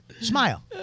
Smile